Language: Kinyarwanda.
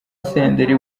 senderi